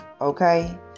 okay